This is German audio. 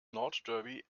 nordderby